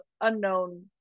unknown